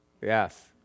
Yes